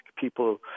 people